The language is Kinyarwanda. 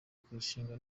kurushinga